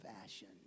fashion